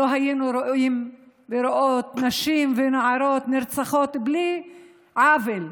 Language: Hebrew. לא היינו רואים ורואות נשים ונערות נרצחות, עוול.